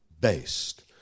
based